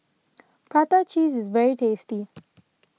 Prata Cheese is very tasty